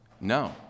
No